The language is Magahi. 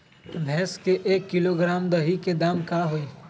भैस के एक किलोग्राम दही के दाम का होई?